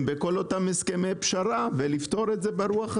בכל אותם הסכמי פשרה ונפתור את זה ברוח הזאת.